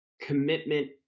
commitment